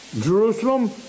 Jerusalem